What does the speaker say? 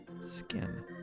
skin